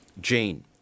Jane